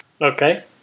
okay